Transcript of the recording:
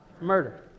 murder